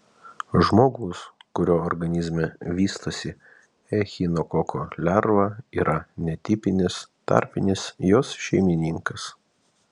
žmogus kurio organizme vystosi echinokoko lerva yra netipinis tarpinis jos šeimininkas